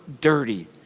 dirty